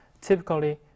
Typically